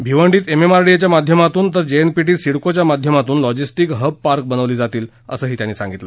भिवंडीत MMRDA च्या माध्यमातून तर जेएनपीटीत सिडकोच्या माध्यमातून लॉजिस्टिक हब पार्क बनवली जातील असं त्यांनी सांगितलं